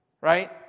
right